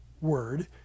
word